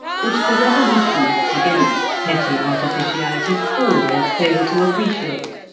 which the revolutionists against petty artificialities always fail to appreciate,